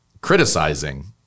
criticizing